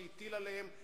שהטיל זאת עליהם,